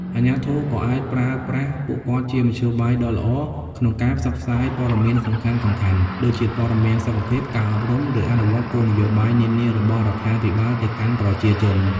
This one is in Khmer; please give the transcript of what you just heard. អាជ្ញាធរក៏អាចប្រើប្រាស់ពួកគាត់ជាមធ្យោបាយដ៏ល្អក្នុងការផ្សព្វផ្សាយព័ត៌មានសំខាន់ៗ ដូចជាព័ត៌មានសុខភាព ការអប់រំ ឬអនុវត្តគោលនយោបាយនានារបស់រដ្ឋាភិបាលទៅកាន់ប្រជាជនវិញ។